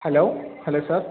hello hello sir